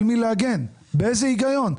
באיזה היגיון?